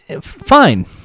fine